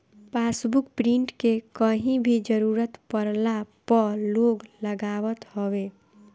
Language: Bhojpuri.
पासबुक प्रिंट के कहीं भी जरुरत पड़ला पअ लोग लगावत हवे